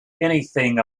anything